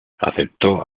aceptó